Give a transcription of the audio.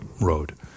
road